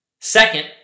Second